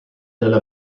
della